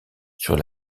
sur